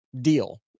deal